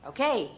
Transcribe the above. Okay